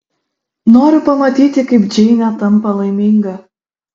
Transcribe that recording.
noriu pamatyti kaip džeinė tampa laiminga